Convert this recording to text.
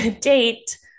date